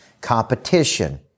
Competition